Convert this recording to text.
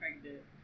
pregnant